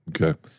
Okay